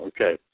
Okay